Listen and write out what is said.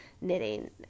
knitting